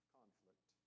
conflict